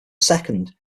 second